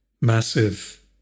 massive